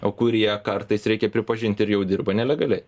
o kurie kartais reikia pripažint ir jau dirba nelegaliai